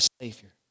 Savior